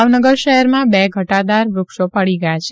ભાવનગર શહેરમાં બે ઘટાદાર વૃક્ષો પડી ગયા છે